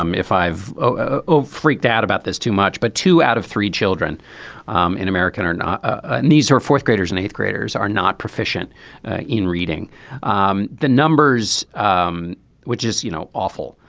um if i've freaked out about this too much but two out of three children um in american are not. ah these are fourth graders and eighth graders are not proficient in reading um the numbers um which is you know awful.